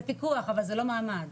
זה פיקוח אבל זה לא מעמד.